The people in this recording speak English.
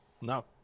No